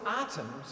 atoms